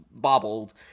bobbled